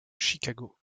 chicago